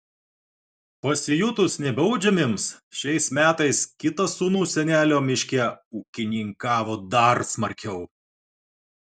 pasijutus nebaudžiamiems šiais metais kitas sūnus senelio miške ūkininkavo dar smarkiau